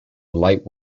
light